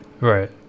Right